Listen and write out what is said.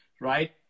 right